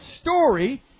story